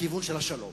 לכיוון של השלום.